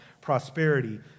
prosperity